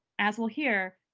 as we'll hear,